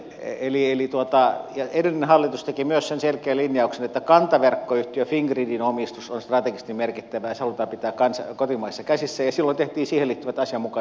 eli edellinen hallitus teki myös sen selkeän linjauksen että kantaverkkoyhtiö fingridin omistus on strategisesti merkittävä ja se halutaan pitää kotimaisissa käsissä ja silloin tehtiin siihen liittyvät asianmukaiset järjestelyt